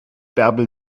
bärbel